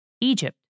Egypt